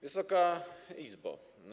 Wysoka Izbo!